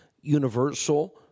universal